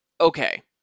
Okay